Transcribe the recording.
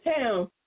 town